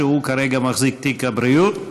שהוא כרגע מחזיק תיק הבריאות.